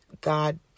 God